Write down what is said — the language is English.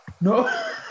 No